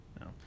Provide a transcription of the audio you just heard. no